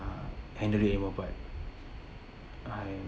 uh handle it anymore but I